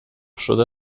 شده